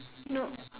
no